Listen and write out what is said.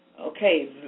okay